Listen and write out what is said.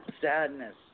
Sadness